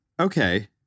Okay